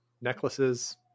necklaces